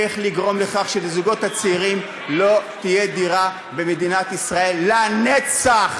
איך לגרום לכך שלזוגות הצעירים לא תהיה דירה במדינת ישראל לנצח,